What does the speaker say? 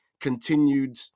continued